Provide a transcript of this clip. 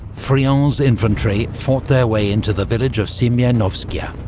friant's infantry fought their way into the village of semenovskaya.